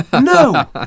no